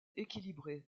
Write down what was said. équilibrées